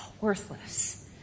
worthless